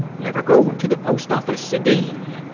never go to the post office again.